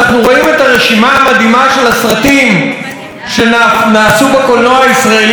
אנחנו רואים את הרשימה המדהימה של הסרטים שנעשו בקולנוע הישראלי,